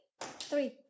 Three